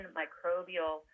microbial